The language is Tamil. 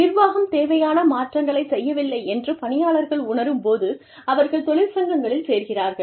நிர்வாகம் தேவையான மாற்றங்களை செய்யவில்லை என்று பணியாளர்கள் உணரும் போது அவர்கள் தொழிற்சங்கங்களில் சேர்கிறார்கள்